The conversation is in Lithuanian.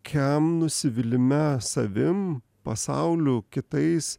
kiam nusivylime savim pasauliu kitais